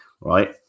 right